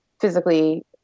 physically